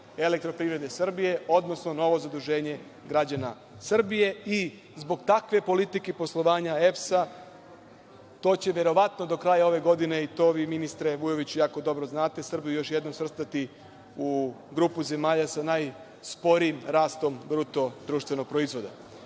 za novo zaduženje EPS, odnosno novo zaduženje građana Srbije i zbog takve politike poslovanja EPS-a, to će verovatno do kraja ove godine, i to vi, ministre Vujoviću, jako dobro znate, Srbiju još jednom svrstati u grupu zemalja sa najsporijim rastom BDP-a. Takođe, kada